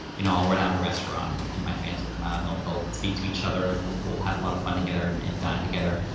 you know i'll run out a restaurant and and my fans will come out and they'll they'll speak to each other, and we'll have a lot of fun together and and dine together.